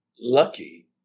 lucky